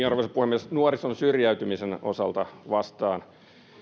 arvoisa puhemies nuorison syrjäytymisen osalta vastaan